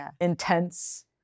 intense